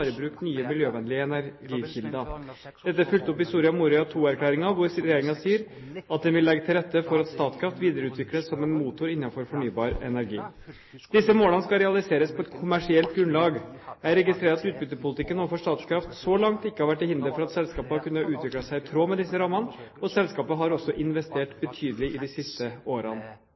i bruk nye miljøvennlige energikilder. Dette er fulgt opp i Soria Moria II-erklæringen, hvor Regjeringen sier at den vil legge til rette for at Statkraft videreutvikles som en motor innenfor fornybar energi. Disse målene skal realiseres på et kommersielt grunnlag. Jeg registrerer at ubyttepolitikken overfor Statkraft så langt ikke har vært til hinder for at selskapet har kunnet utvikle seg i tråd med disse rammene, og selskapet har også investert betydelig i de siste årene.